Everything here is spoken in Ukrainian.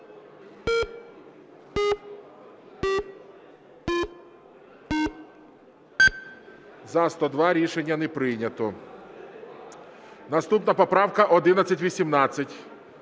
За-102 Рішення не прийнято. Наступна поправка 1118.